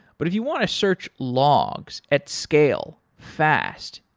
but if you want to search logs at scale fast,